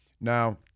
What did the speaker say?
Now